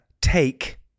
take